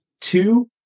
two